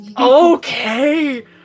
Okay